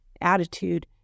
attitude